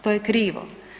To je krivo.